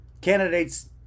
candidates